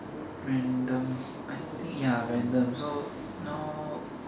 random I think ya random